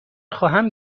خواهم